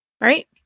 right